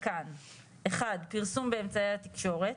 פרסום באמצעי התקשורת.